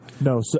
No